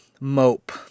mope